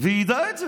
וידע את זה.